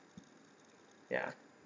ya